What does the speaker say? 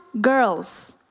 girls